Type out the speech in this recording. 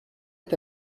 est